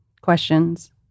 questions